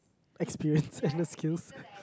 experience and the skills